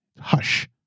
Hush